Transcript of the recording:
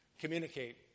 communicate